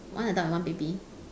one adult and one baby